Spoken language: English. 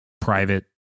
private